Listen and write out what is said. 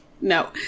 No